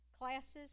Classes